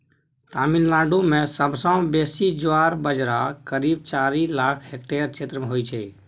तमिलनाडु मे सबसँ बेसी ज्वार बजरा करीब चारि लाख हेक्टेयर क्षेत्र मे होइ छै